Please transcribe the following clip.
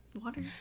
Water